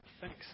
Thanks